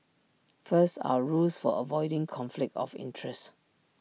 first our rules for avoiding conflict of interest